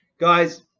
guys